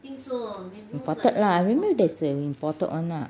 imported lah I remember there's an imported [one] lah